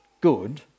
good